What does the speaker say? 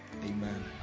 Amen